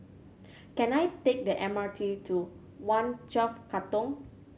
can I take the M R T to One Twelve Katong